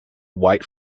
white